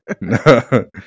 No